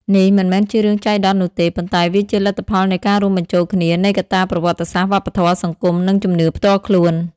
នេះមិនមែនជារឿងចៃដន្យនោះទេ ប៉ុន្តែវាជាលទ្ធផលនៃការរួមបញ្ចូលគ្នានៃកត្តាប្រវត្តិសាស្ត្រ វប្បធម៌ សង្គម និងជំនឿផ្ទាល់ខ្លួន។